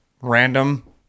random